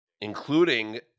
including